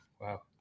Wow